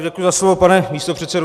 Děkuji za slovo, pane místopředsedo.